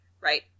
Right